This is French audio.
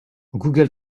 google